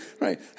Right